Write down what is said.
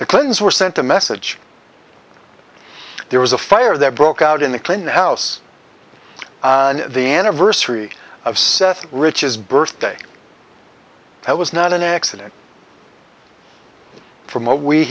the clintons were sent a message there was a fire that broke out in the clinton house the anniversary of seth rich's birthday that was not an accident from what we